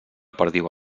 perdiu